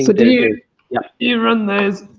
so do yeah you run those,